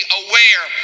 aware